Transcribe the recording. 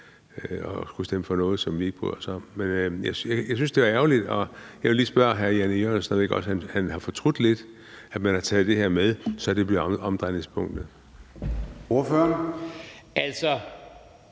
at skulle stemme for noget, som vi ikke bryder os om, men jeg synes, det er ærgerligt, og jeg vil lige spørge hr. Jan E. Jørgensen, om ikke også han lidt har fortrudt, at man har taget det her med, så det bliver omdrejningspunktet. Kl.